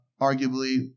arguably